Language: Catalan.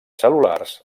cel·lulars